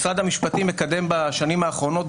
משרד המשפטים מקדם בשנים האחרונות,